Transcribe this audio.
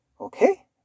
Okay